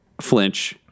flinch